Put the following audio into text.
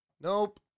Nope